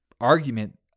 argument